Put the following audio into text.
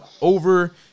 over